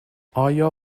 آیا